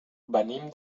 venim